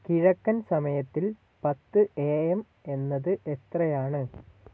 കിഴക്കൻ സമയത്തിൽ പത്ത് എ എം എന്നത് എത്രയാണ്